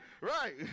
Right